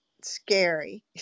scary